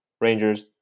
Rangers